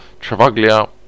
Travaglia